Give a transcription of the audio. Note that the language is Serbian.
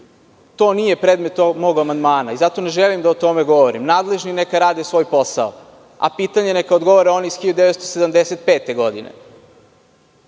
To nije predmet ovog mog amandmana i zato ne želim da o tome govorim. Nadležni neka rade svoj posao, a na pitanje neka odgovore oni iz 1975. godine. Ja